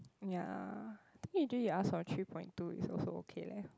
ya think usually ask for three point two also okay leh